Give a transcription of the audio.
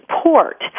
support